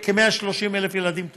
כ-130,000 ילדים טופלו,